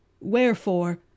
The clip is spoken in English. Wherefore